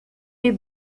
been